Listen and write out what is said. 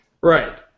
Right